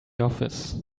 office